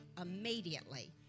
immediately